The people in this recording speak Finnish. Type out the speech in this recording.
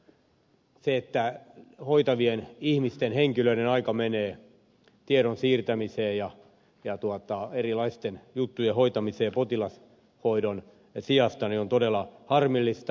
se että hoitavien ihmisten henkilöiden aika menee tiedon siirtämiseen ja erilaisten juttujen hoitamiseen potilashoidon sijasta on todella harmillista